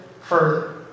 further